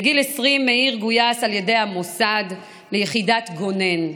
בגיל 20 מאיר גויס על ידי המוסד ליחידת גונן,